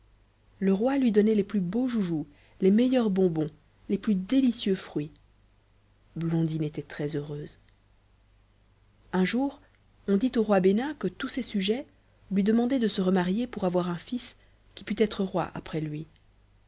le roi lui donnait les plus beaux joujoux les meilleurs bonbons les plus délicieux fruits blondine était très heureuse un jour on dit au roi bénin que tous ses sujets lui demandaient de se remarier pour avoir un fils qui pût être roi après lui